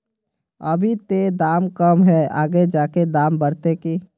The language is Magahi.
अभी ते दाम कम है आगे जाके दाम बढ़ते की?